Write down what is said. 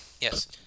yes